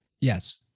Yes